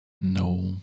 No